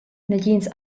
negins